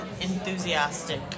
enthusiastic